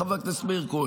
חבר הכנסת מאיר כהן.